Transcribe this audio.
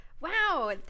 wow